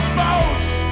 boats